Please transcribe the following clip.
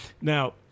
Now